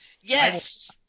Yes